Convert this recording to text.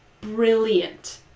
brilliant